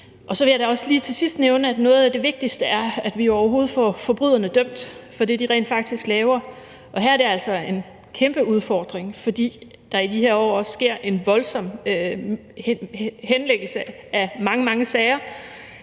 Og så vil jeg da også lige til sidst nævne, at noget af det vigtigste er, at vi overhovedet får forbryderne dømt for det, de rent faktisk laver, og her er det altså en kæmpe udfordring, fordi der i de her år også sker en voldsom henlæggelse af mange, mange sager,